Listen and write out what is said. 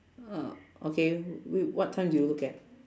uh okay w~ what time do you look at